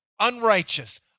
unrighteous